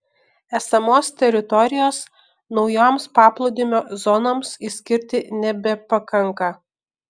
esamos teritorijos naujoms paplūdimio zonoms išskirti nebepakanka